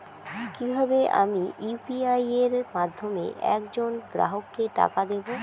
কিভাবে আমি ইউ.পি.আই এর মাধ্যমে এক জন গ্রাহককে টাকা দেবো?